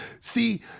See